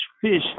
fish